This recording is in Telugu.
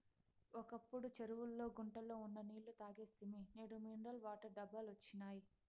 ఒకప్పుడు చెరువుల్లో గుంటల్లో ఉన్న నీళ్ళు తాగేస్తిమి నేడు మినరల్ వాటర్ డబ్బాలొచ్చినియ్